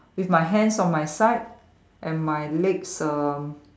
with my hands on my side and my legs uh